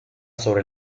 sobre